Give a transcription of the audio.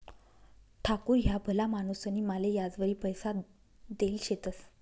ठाकूर ह्या भला माणूसनी माले याजवरी पैसा देल शेतंस